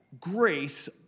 grace